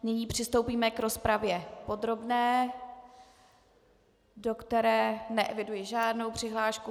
Nyní přistoupíme k rozpravě podrobné, do které neeviduji žádnou přihlášku.